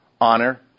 honor